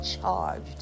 charged